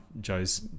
Joe's